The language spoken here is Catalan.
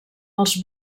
els